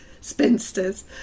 Spinsters